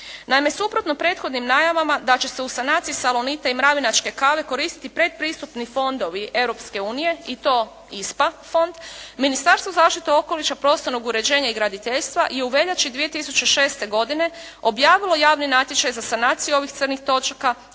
Naime, suprotno prethodnim najavama da će se u sanaciji Salonita i mravinačke kave koristiti pretpristupni fondovi Europske unije i to ISPA fond, Ministarstvo zaštite okoliša, prostornog uređenja i graditeljstva je u veljači 2006. godine objavilo javni natječaj za sanaciju ovih crnih točaka